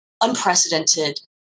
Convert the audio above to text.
unprecedented